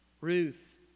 Ruth